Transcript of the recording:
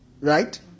Right